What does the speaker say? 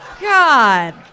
God